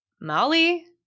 Molly